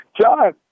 John